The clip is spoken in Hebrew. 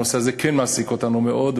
הנושא הזה כן מעסיק אותנו מאוד,